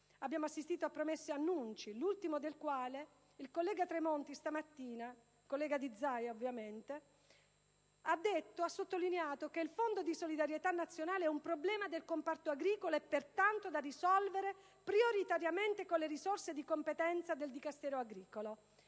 Abbiamo assistito a promesse e annunci, l'ultimo del quale del collega Tremonti stamattina (collega di Zaia, ovviamente) che ha sottolineato che il Fondo di solidarietà nazionale è un problema del comparto agricolo e pertanto da risolvere prioritariamente con le risorse di competenza del Dicastero agricolo.